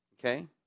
okay